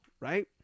Right